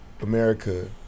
America